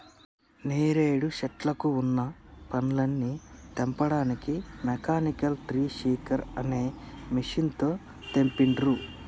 నేరేడు శెట్లకు వున్న పండ్లని తెంపడానికి మెకానికల్ ట్రీ షేకర్ అనే మెషిన్ తో తెంపిండ్రు